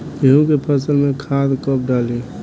गेहूं के फसल में खाद कब डाली?